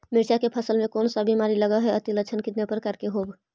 मीरचा के फसल मे कोन सा बीमारी लगहय, अती लक्षण कितने प्रकार के होब?